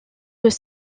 deux